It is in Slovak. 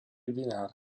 dinár